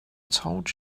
told